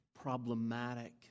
problematic